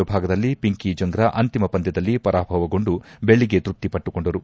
ವಿಭಾಗದಲ್ಲಿ ಪಿಂಕಿ ಜಂಗ್ರ ಅಂತಿಮ ಪಂದ್ಯದಲ್ಲಿ ಪರಾಭವಗೊಂಡು ಬೆಳ್ಳಿಗೆ ತೃಪ್ತಿ ಪಟ್ಟಿಕೊಂಡರು